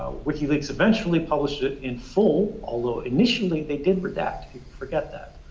wikileaks eventually published it in full although initially they did redact, people forget that.